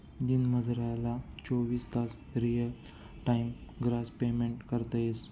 दिनमझारला चोवीस तास रियल टाइम ग्रास पेमेंट करता येस